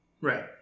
Right